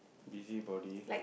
busybody